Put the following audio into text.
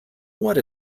what